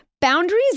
boundaries